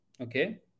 Okay